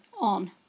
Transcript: on